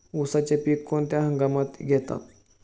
उसाचे पीक कोणत्या हंगामात घेतात?